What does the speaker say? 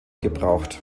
gebraucht